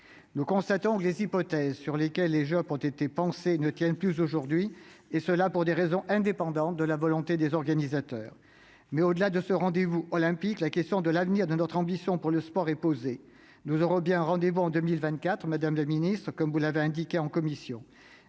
Nous constatons que les hypothèses sur lesquelles les jeux Olympiques et Paralympiques ont été pensés ne tiennent plus aujourd'hui, et ce pour des raisons indépendantes de la volonté des organisateurs. Mais, au-delà de ce rendez-vous olympique, la question de l'avenir de notre ambition pour le sport est posée. Nous aurons bien un rendez-vous en 2024, madame la ministre, comme vous l'avez indiqué en commission.